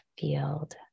field